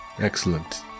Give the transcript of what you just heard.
Excellent